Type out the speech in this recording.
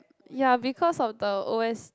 ya because of the O_S